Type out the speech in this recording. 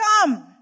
come